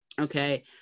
okay